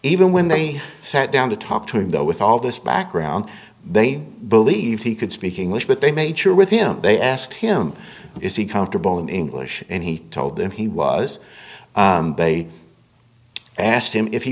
even when they sat down to talk to him though with all this background they believed he could speak english but they made sure with him they asked him is he comfortable in english and he told them he was they asked him if he